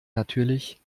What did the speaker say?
natürlich